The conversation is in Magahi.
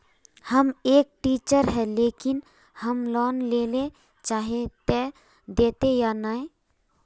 हम एक टीचर है लेकिन हम लोन लेले चाहे है ते देते या नय?